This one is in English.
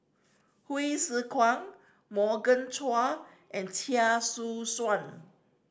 Hsu Tse Kwang Morgan Chua and Chia Choo Suan